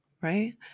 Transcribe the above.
right